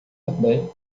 também